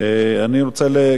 אני רוצה לציין,